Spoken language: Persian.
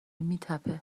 میتپه